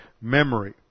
memory